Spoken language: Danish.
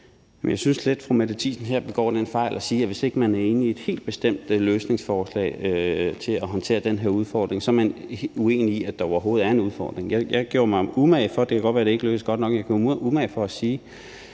Jeg synes lidt, at fru Mette Thiesen her begår den fejl at sige, at hvis ikke man er enig i et helt bestemt løsningsforslag til at håndtere den her udfordring, så er man uenig i, at der overhovedet er en udfordring. Jeg gjorde mig umage – og det kan godt være, det ikke lykkedes godt nok – med at sige,